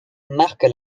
marque